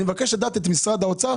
אני מבקש לדעת ממשרד האוצר,